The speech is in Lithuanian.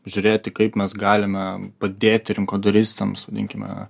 žiūrėti kaip mes galime padėti rinkodaristams vadinkime